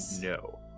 no